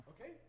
Okay